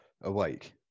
awake